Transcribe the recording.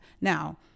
Now